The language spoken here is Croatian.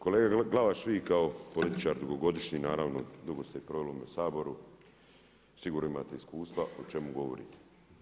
Kolega Glavaš vi kao političar dugogodišnji naravno dugo ste i proveli u Saboru sigurno imate iskustva o čemu govorite.